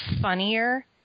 funnier